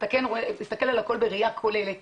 אתה כן מסתכל על הכול בראייה כוללת,